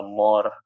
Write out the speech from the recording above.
more